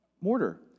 mortar